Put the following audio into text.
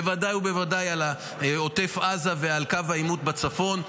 בוודאי ובוודאי על עוטף עזה ועל קו העימות בצפון,